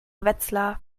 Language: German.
wetzlar